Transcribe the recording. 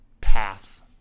path